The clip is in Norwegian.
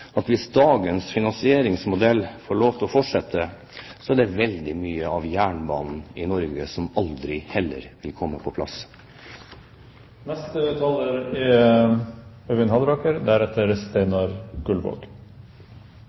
at hvis dagens finansieringsmodell får lov til å fortsette, er det veldig mye av jernbanen i Norge som heller aldri vil komme på